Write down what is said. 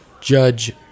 judge